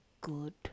good